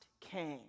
came